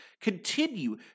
continue